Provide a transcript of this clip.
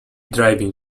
driving